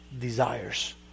desires